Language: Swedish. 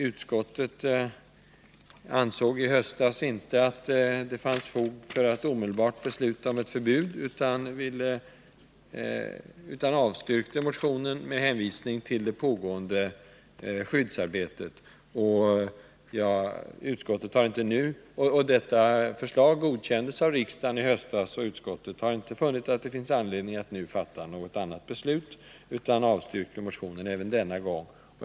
Utskottet ansåg i höstas inte att det fanns fog för att omedelbart besluta om ett förbud, utan avstyrkte motionen med hänvisning till det pågående skyddsarbetet. Detta förslag godkändes av riksdagen i höstas. Utskottet har inte funnit att det nu finns anledning att fatta något annat beslut utan avstyrker motionen även denna gång.